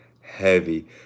heavy